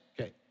Okay